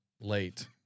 Late